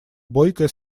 бойкая